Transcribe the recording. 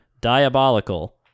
diabolical